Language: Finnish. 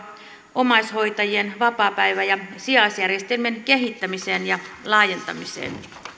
omaishoitajien vapaapäivä ja sijaisjärjestelmien kehittämiseen ja laajentamiseen